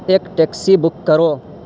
ایک taxi book کرو